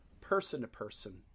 person-to-person